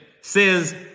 says